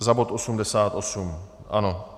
Za bod 88, ano.